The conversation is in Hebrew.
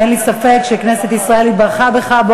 ואין לי ספק שכנסת ישראל התברכה בך,